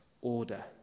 order